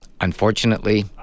Unfortunately